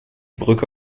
brücke